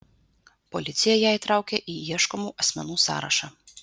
policija ją įtraukė į ieškomų asmenų sąrašą